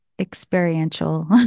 experiential